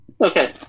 Okay